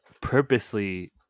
purposely